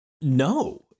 No